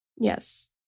yes